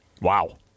wow